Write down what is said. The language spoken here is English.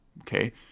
okay